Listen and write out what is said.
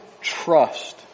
trust